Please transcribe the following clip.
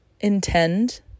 intend